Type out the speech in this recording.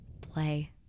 play